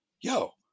yo